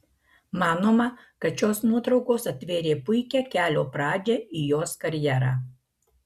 manoma kad šios nuotraukos atvėrė puikią kelio pradžią į jos karjerą